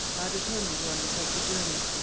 determined to undertake the journey.